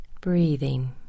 breathing